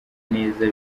neza